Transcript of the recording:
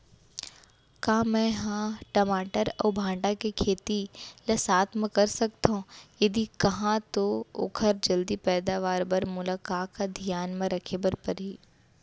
का मै ह टमाटर अऊ भांटा के खेती ला साथ मा कर सकथो, यदि कहाँ तो ओखर जलदी पैदावार बर मोला का का धियान मा रखे बर परही?